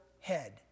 head